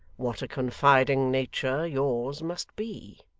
what a confiding nature yours must be